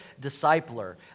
discipler